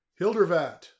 Hildervat